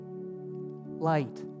light